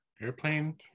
Airplane